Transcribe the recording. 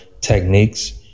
techniques